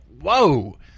whoa